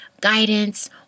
guidance